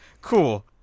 Cool